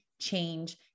change